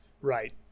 Right